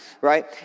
right